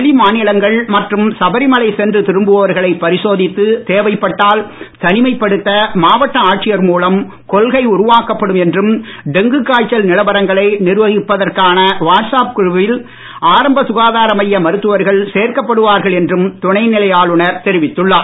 வெளி மாநிலங்கள் மற்றும் சபரி மலை சென்று திரும்புவோர்களை பரிசோதித்து தேவைப்பட்டால் தனிமைப் படுத்த மாவட்ட ஆட்சியர் மூலம் கொள்கை உருவாக்கப்படும் என்றும் டெங்கு காய்ச்சல் நிலவரங்களை நிர்வகிப்பதற்கான வாட்ஸ்ஆப் குழுவில் ஆரம்ப சுகாதார மைய மருத்துவர்கள் சேர்க்கப்படுவார்கள் என்றும் துணைநிலை ஆளுநர் தெரிவித்துள்ளார்